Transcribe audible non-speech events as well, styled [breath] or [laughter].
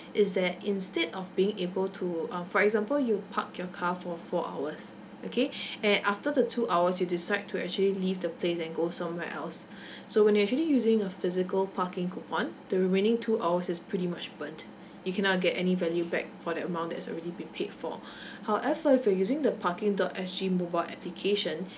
is that instead of being able to um for example you park your car for four hours okay [breath] and after the two hours you decide to actually leave the place then go somewhere else [breath] so when you're actually using a physical parking coupon the remaining two hours is pretty much burnt you cannot get any value back for that amount that has already been paid for [breath] however if you're using the parking dot S_G mobile application